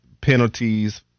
penalties